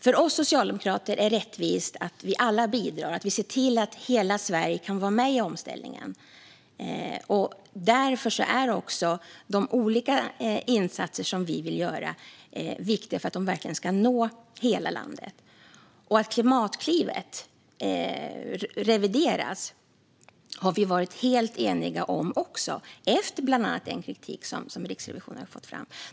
För oss socialdemokrater är det rättvist att vi alla bidrar, att vi ser till att hela Sverige kan vara med i omställningen. Därför är de olika insatser som vi vill göra viktiga för att verkligen nå hela landet. Att Klimatklivet ska revideras har vi varit helt eniga om, bland annat efter den kritik som Riksrevisionen har fört fram.